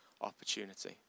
opportunity